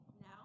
Now